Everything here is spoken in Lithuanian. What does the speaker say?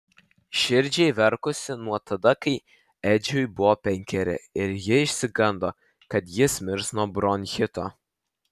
širdžiai verkusi nuo tada kai edžiui buvo penkeri ir ji išsigando kad jis mirs nuo bronchito